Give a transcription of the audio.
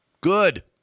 good